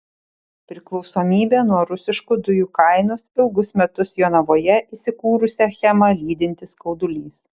priklausomybė nuo rusiškų dujų kainos ilgus metus jonavoje įsikūrusią achemą lydintis skaudulys